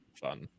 Fun